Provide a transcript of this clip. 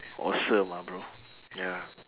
awesome ah bro ya